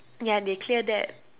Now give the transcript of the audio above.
ya they clear that